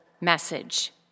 message